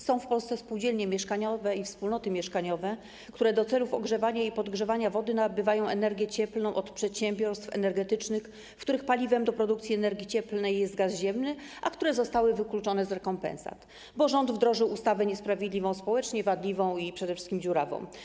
Są w Polsce spółdzielnie mieszkaniowe i wspólnoty mieszkaniowe, które do celów ogrzewania i podgrzewania wody nabywają energię cieplną od przedsiębiorstw energetycznych, w których paliwem do produkcji energii cieplnej jest gaz ziemny, a które zostały wykluczone z rekompensat, bo rząd wdrożył ustawę niesprawiedliwą społecznie, wadliwą i przede wszystkim dziurawą.